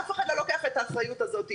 ואף אחד לא לוקח את האחריות הזאת.